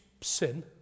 sin